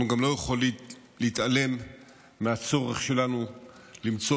אנחנו גם לא יכולים להתעלם מהצורך שלנו למצוא